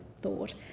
thought